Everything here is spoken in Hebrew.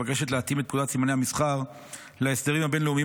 מבקשת להתאים את פקודת סימני המסחר להסדרים הבין-לאומיים